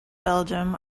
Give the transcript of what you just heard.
belgium